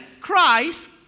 Christ